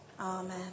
Amen